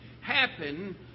happen